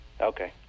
Okay